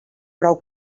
prou